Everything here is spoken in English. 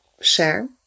share